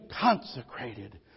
consecrated